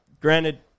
Granted